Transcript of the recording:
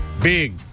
big